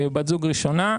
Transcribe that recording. בת זוג ראשונה.